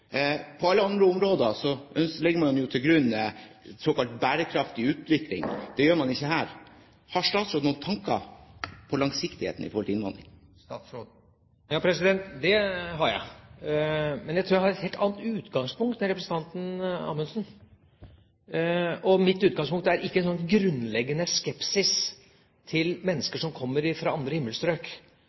På alle andre områder legger man jo en såkalt bærekraftig utvikling til grunn, det gjør man ikke her. Har statsråden noen tanker om langsiktigheten når det gjelder innvandring? Det har jeg, men jeg tror jeg har et helt annet utgangspunkt enn representanten Amundsen. Og mitt utgangspunkt er ikke en sånn grunnleggende skepsis til mennesker som kommer fra andre himmelstrøk.